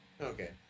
Okay